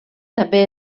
també